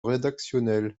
rédactionnels